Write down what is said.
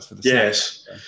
yes